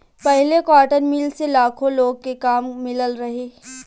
पहिले cotton mill से लाखो लोग के काम मिलल रहे